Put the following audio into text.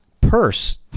purse